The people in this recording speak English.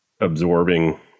absorbing